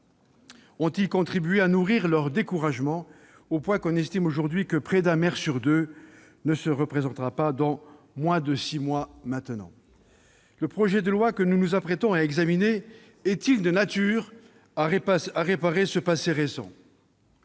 ont-ils contribué à nourrir leur découragement, au point que l'on estime aujourd'hui que près d'un maire sur deux ne se représentera pas dans moins de six mois maintenant. Le projet de loi que nous nous apprêtons à examiner est-il de nature à réparer ce passé récent ?